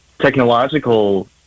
technological